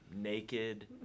naked